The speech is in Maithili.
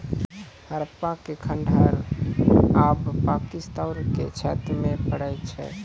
हड़प्पा के खंडहर आब पाकिस्तान के क्षेत्र मे पड़ै छै